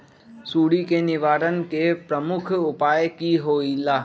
सुडी के निवारण के प्रमुख उपाय कि होइला?